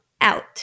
out